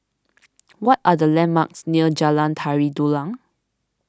what are the landmarks near Jalan Tari Dulang